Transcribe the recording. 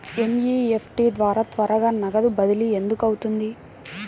NEFT ద్వారా త్వరగా నగదు బదిలీ ఎందుకు అవుతుంది?